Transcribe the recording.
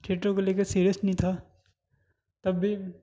theatre کو لے کے سیریس نہیں تھا تب بھی